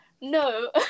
no